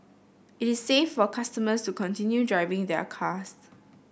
it is safe for customers to continue driving their cars